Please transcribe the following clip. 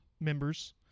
Members